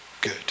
good